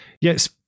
Yes